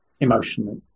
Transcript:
emotionally